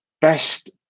best